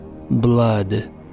Blood